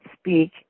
speak